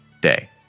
day